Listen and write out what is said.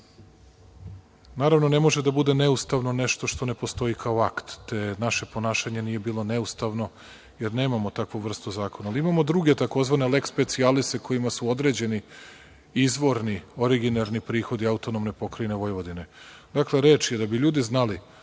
Naravno, ne može da bude neustavno nešto što ne postoji kao akt, te naše ponašanje nije bilo neustavno, jer nemamo takvu vrstu zakona. Ali imamo druge tzv. lex specialis kojima su određeni izvorni, originarni prihodi AP Vojvodine. Dakle reč je, da bi ljudi znali